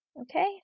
Okay